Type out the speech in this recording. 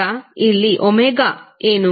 ಈಗ ಇಲ್ಲಿ ಏನು